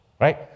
right